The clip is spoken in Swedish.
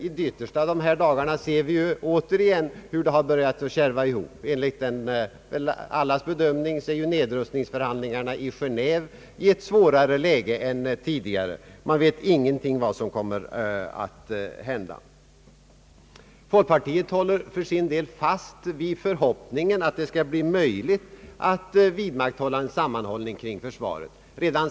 I de yttersta av dessa dagar ser vi hur det återigen börjat kärva till sig. Enligt allas bedömning är nedrustningsförhandlingarna i Genéve i ett svårare läge än tidigare. Man vet ingenting om vad som kommer att hända. Folkpartiet håller för sin del fast vid förhoppningen att det skall bli möjligt att vidmakthålla sammanhållningen kring försvaret.